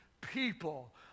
people